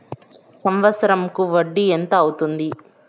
సంవత్సరం కు వడ్డీ ఎంత అవుతుంది?